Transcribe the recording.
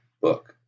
book